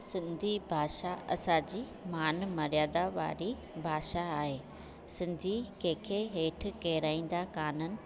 सिंधी भाषा असांजी मानु मर्यादा वारी भाषा आहे सिंधी कंहिंखे हेठि किराईंदा कान्हनि